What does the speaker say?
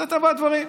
זה טבע הדברים.